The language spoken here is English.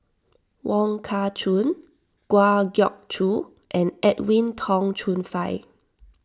Wong Kah Chun Kwa Geok Choo and Edwin Tong Chun Fai